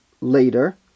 later